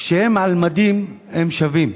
כשהם על מדים, הם שווים.